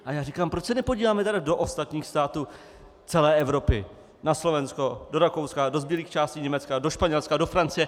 A já říkám proč se nepodíváme tedy do ostatních států celé Evropy, na Slovensko, do Rakouska, do zbylých částí Německa, do Španělska, do Francie?